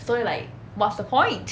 所以 like what's the point